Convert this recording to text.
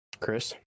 Chris